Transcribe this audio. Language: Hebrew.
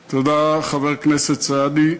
תודה, חבר הכנסת סעדי.